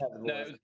no